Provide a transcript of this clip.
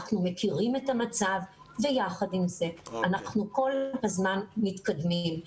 אנחנו מכירים את המצב ויחד עם זה אנחנו כל הזמן מתקדמים.